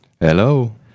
Hello